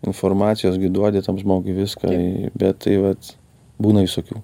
informacijos gi duodi tam žmogui viską bet tai vat būna visokių